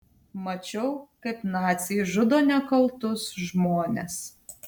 mačiau kaip naciai žudo nekaltus žmones